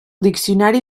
diccionari